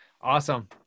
Awesome